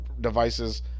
devices